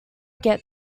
get